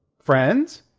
friends!